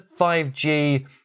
5G